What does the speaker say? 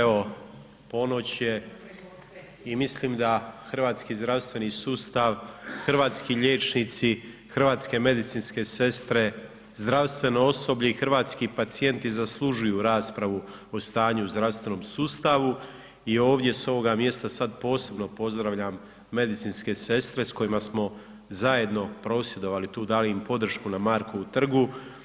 Evo, ponoć je i mislim da hrvatski zdravstveni sustav, hrvatski liječnici, hrvatske medicinske sestre, zdravstveno osoblje i hrvatski pacijenti zaslužuju raspravu o stanju u zdravstvenom sustavu i ovdje s ovoga mjesta sad posebno pozdravljam medicinske sestre s kojima smo zajedno prosvjedovali tu dali im podršku na Markovom trgu.